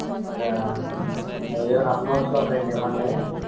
ఇంకా అవేవో రఫ్ నోట్స్లు ఒక రెండు ఇవ్వండి